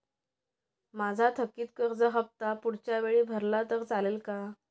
माझा थकीत कर्ज हफ्ता पुढच्या वेळी भरला तर चालेल का?